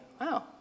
Wow